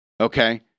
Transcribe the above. Okay